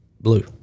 blue